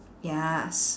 yes